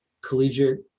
collegiate